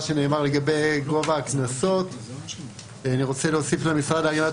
מה שנאמר לגבי גובה הקנסות ואני רוצה להוסיף למשרד להגנת